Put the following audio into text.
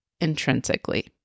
intrinsically